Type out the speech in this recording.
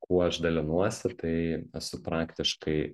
kuo aš dalinuosi tai esu praktiškai